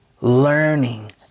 learning